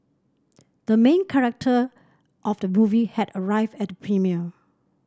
the main character of the movie has arrived at the premiere